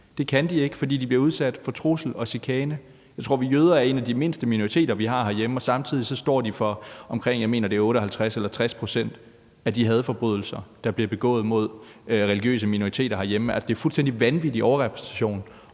Det kan de ikke, fordi de bliver udsat for trusler og chikane. Jeg tror, jøder er en af de mindste minoriteter, vi har herhjemme, og samtidig udsættes de for omkring 58 eller 60 pct., mener jeg det er, af de hadforbrydelser, der bliver begået mod religiøse minoriteter herhjemme. Det er en fuldstændig vanvittig overrepræsentation,